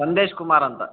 ಸಂದೇಶ್ ಕುಮಾರ ಅಂತ